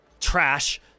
trash